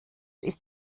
ist